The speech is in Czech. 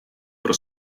pro